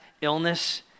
illness